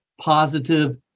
positive